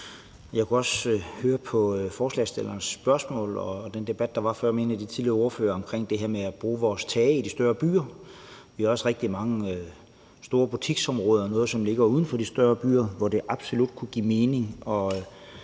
Det kunne jeg også høre i forhold til forslagsstillerens spørgsmål og den debat, der var før med en af de tidligere ordførere omkring det her med at bruge vores tage i de større byer. Vi har også rigtig mange store butiksområder og steder, som ligger uden for de større byer, hvor det absolut kunne give mening